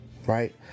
Right